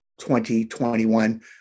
2021